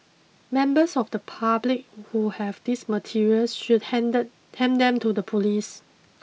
members of the public who have these materials should handed hand them to the police